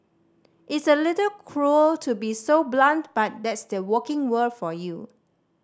it's a little cruel to be so blunt but that's the working world for you